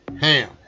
ham